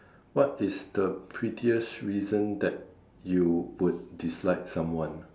what is the pettiest reason that you would dislike someone